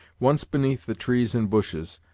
once beneath the trees and bushes,